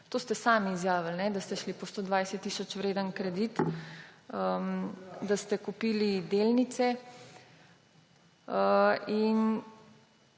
To ste sami izjavili, da ste šli po 120 tisoč vreden kredit, da ste kupili delnice.